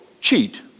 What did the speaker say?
cheat